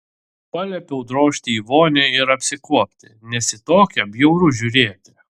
paliepiau drožti į vonią ir apsikuopti nes į tokią bjauru žiūrėti